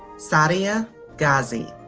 sadia ghazi.